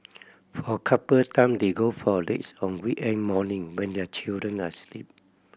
for couple time they go for a dates on weekend morning when their children are sleep